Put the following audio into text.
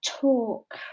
talk